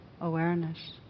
awareness